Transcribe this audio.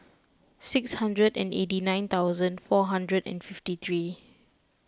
six hundred and eighty nine thousand four hundred and fifty three